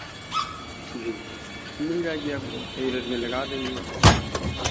जी मिल जाएगी आपको सही रेट में लगा देंगे